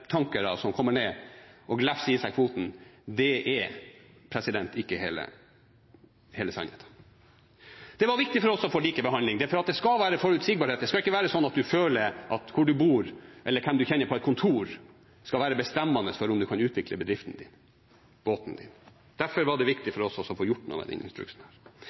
som kommer ned og glefser i seg kvoten, er ikke hele sannheten. Det var viktig for oss å få likebehandling. Det er for at det skal være forutsigbarhet, det skal ikke være sånn at man føler at hvor man bor eller hvem man kjenner på et kontor, skal være bestemmende for om man kan utvikle bedriften sin, båten sin. Derfor var det viktig for oss å få gjort noe med denne instruksen.